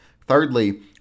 Thirdly